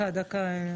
8